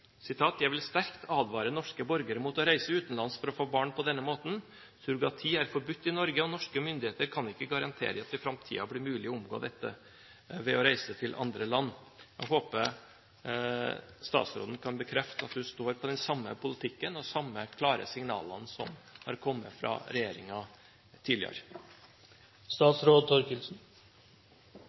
vil sterkt advare norske borgere mot å reise utenlands for å få barn på denne måten. Surrogati er forbudt i Norge, og norske myndigheter kan ikke garantere at det i framtida blir mulig å omgå dette ved å reise til andre land». Jeg håper statsråden kan bekrefte at hun står på den samme politikken og de samme klare signalene som har kommet fra regjeringen tidligere.